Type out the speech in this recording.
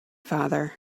father